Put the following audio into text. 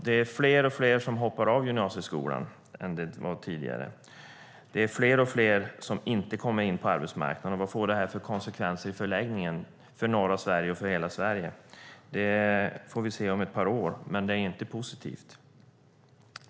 Det är fler som hoppar av gymnasieskolan än det var tidigare. Det är fler och fler som inte kommer in på arbetsmarknaden. Vad får det här för konsekvenser i förlängningen för norra Sverige och för hela Sverige? Det får vi se om ett par år, men det är inte positivt.